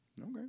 Okay